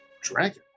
dragon